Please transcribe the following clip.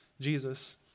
Jesus